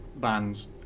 bands